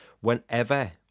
Whenever